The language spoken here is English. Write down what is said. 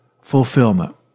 fulfillment